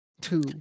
two